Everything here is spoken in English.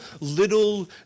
little